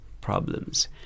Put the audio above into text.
problems